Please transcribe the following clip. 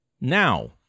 now